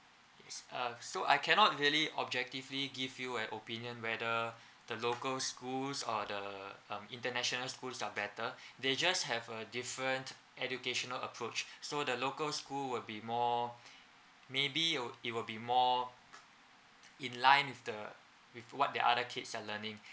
yes uh so I cannot really objectively give you an opinion whether the local schools or the um international schools are better they just have a different educational approach so the local school will be more maybe o~ it will be more in line with the with what the other kids are learning